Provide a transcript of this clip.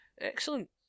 Excellent